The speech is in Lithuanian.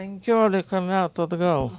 penkeliolika metų atgal